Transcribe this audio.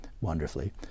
wonderfully